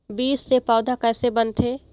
बीज से पौधा कैसे बनथे?